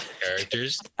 characters